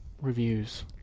reviews